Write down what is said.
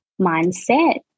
mindset